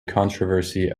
controversy